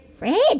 Red